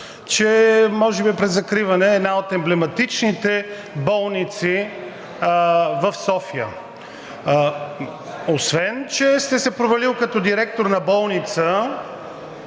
че може би е пред закриване – една от емблематичните болници в София. Освен, че сте се провалили като директор на болница,